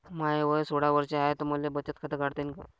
माय वय सोळा वर्ष हाय त मले बचत खात काढता येईन का?